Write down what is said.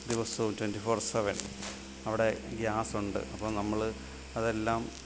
ദിവസവും twenty four seven അവിടെ ഗ്യാസുണ്ട് അപ്പം നമ്മൾ അതെല്ലാം